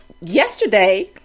Yesterday